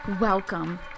Welcome